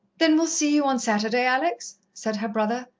then we'll see you on saturday, alex, said her brother.